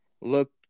Look